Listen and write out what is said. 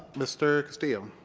mr. castillo.